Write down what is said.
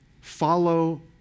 follow